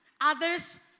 Others